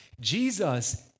Jesus